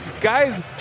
Guys